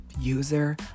user